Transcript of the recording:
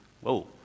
whoa